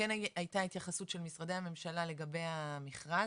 כן הייתה התייחסות של משרדי הממשלה לגבי המכרז.